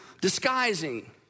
disguising